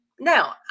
Now